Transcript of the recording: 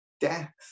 death